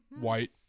white